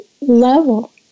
level